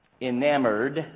enamored